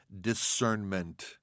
discernment